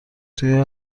توی